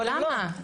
למה?